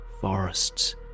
forests